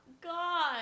god